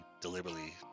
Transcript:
deliberately